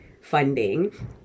funding